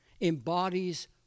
embodies